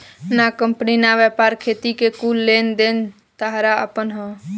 ना कंपनी ना व्यापार, खेती के कुल लेन देन ताहार आपन ह